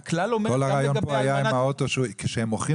כל הרעיון עם האוטו היה שכשהם מוכרים